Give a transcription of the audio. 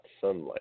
sunlight